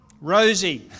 Rosie